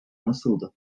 nasıldı